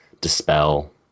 dispel